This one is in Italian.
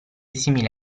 simili